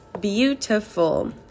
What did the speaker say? Beautiful